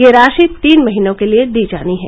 यह राशि तीन महीनों के लिए दी जानी है